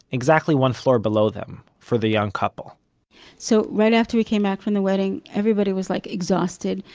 exactly one floor below them, for the young couple so, right after we came back from the wedding, everybody was like exhausted.